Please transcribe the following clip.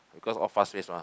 because all fast pace mah